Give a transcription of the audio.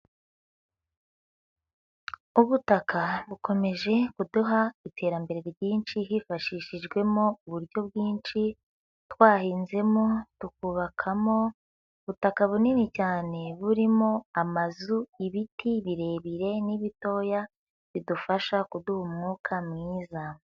Ubutaka bukomeje kuduha iterambere ryinshi hifashishijwemo uburyo bwinshi, twahinzemo tukubakamo, ubutaka bunini cyane burimo amazu, ibiti birebire n'ibitoya bidufasha kuduha umwuka mwiza.